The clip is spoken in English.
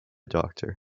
doctor